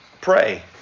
pray